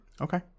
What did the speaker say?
Okay